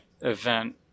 event